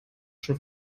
schon